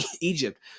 Egypt